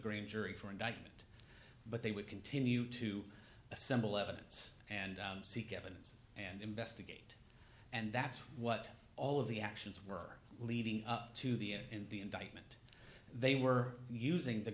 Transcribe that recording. grand jury for indictment but they would continue to assemble evidence and seek evidence and investigate and that's what all of the actions were leading up to the end and the indictment they were using the